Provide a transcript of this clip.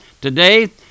today